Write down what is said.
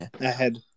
ahead